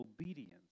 obedience